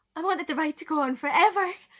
i wanted the ride to go on forever.